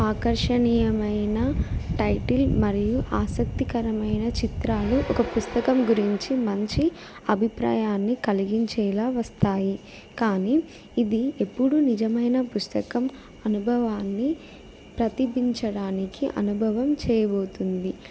ఆకర్షణీయమైన టైటిల్ మరియు ఆసక్తికరమైన చిత్రాలు ఒక పుస్తకం గురించి మంచి అభిప్రాయాన్ని కలిగించేలా వస్తాయి కానీ ఇది ఎప్పుడూ నిజమైన పుస్తకం అనుభవాన్ని ప్రతిబింబించడానికి అనుభవం చేయబోతుంది